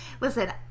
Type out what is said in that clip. listen